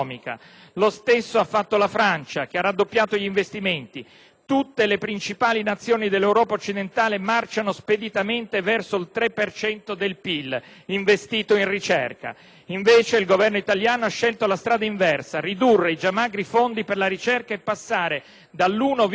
Tutte le principali Nazioni dell'Europa occidentale marciano speditamente verso il 3 per cento del PIL investito in ricerca. Il Governo italiano ha scelto invece la strada inversa: ridurre i già magri fondi per la ricerca e passare dall'1,1 per cento